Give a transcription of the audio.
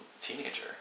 teenager